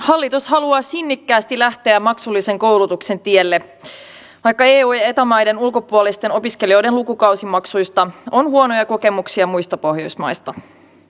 hallitus haluaa sinnikkäästi lähteä maksullisen koulutuksen tielle vaikka eu ja eta maiden ulkopuolisten opiskelijoiden lukukausimaksuista on huonoja kokemuksia muista pohjoismaista